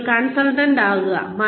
നിങ്ങൾ ഒരു കൺസൾട്ടന്റ് ആകുക